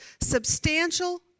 substantial